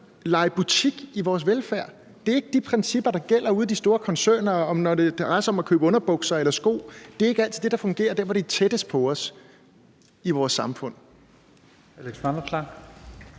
lege butik i vores velfærd. Det er ikke de principper, der gælder ude i de store koncerner, når det drejer sig om at købe underbukser eller sko. Det er ikke altid det, der fungerer der, hvor det er tættest på os i vores samfund.